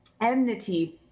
enmity